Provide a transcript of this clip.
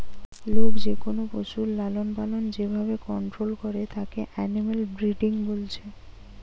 লোক যেকোনো পশুর লালনপালন যে ভাবে কন্টোল করে তাকে এনিম্যাল ব্রিডিং বলছে